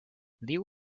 leo